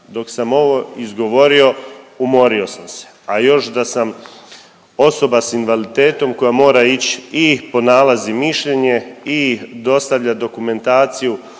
Dok sam ovo izgovorio umorio sam se, a i još da sam osoba s invaliditetom koja mora ić i po nalaz i mišljenje i dostavljat dokumentaciju